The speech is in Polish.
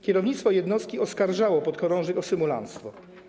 Kierownictwo jednostki oskarżało podchorążych o symulanctwo.